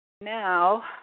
Now